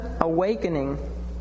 awakening